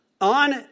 On